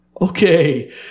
Okay